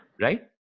right